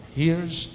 hears